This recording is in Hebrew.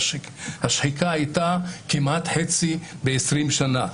והשחיקה הייתה כמעט חצי בעשרים שנה,